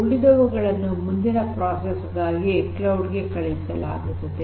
ಉಳಿದವುಗಳನ್ನು ಮುಂದಿನ ಪ್ರೋಸೆಸ್ ಗಾಗಿ ಕ್ಲೌಡ್ ಗೆ ಕಳುಹಿಸಲಾಗುತ್ತದೆ